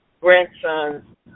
grandson's